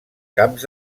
camps